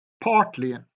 partly